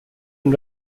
and